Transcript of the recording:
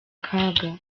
kaga